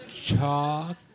Chalk